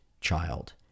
child